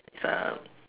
it's a